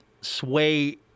sway